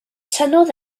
tynnodd